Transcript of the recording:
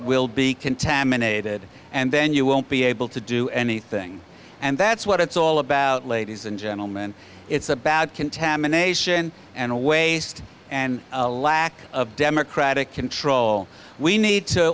will be contaminated and then you won't be able to do anything and that's what it's all about ladies and gentlemen it's about contamination and a waste and a lack of democratic control we need to